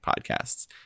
podcasts